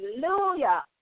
Hallelujah